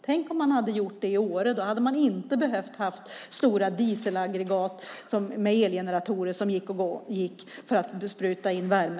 Tänk om man hade gjort det i Åre! Då hade man inte behövt ha stora dieselaggregat med elgeneratorer som gick för att spruta in värme.